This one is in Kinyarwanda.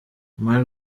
marc